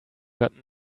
got